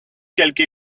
quelque